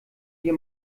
dir